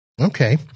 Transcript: Okay